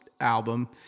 album